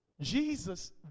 Jesus